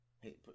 Hey